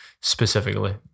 specifically